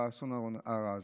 באסון הרע הזה.